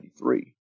1993